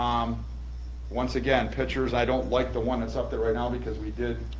um once again, pictures, i don't like the one that's up there right now because we did